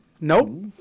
Nope